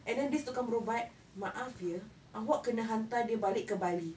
and then this tukang berubat maaf ya awak kena hantar dia balik ke bali